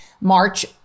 March